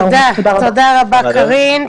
תודה רבה, קרין.